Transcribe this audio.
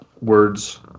words